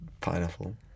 pineapple